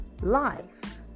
life